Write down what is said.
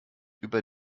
über